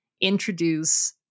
introduce